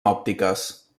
òptiques